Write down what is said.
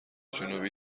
جنوبی